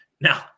Now